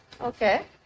Okay